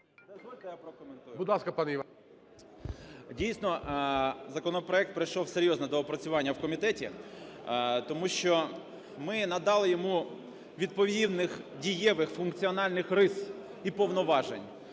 Дійсно, законопроект пройшов серйозне доопрацювання в комітеті, тому що ми надали йому відповідних дієвих функціональних рис і повноважень.